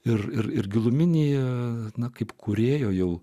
ir ir giluminėje na kaip kūrėjo jau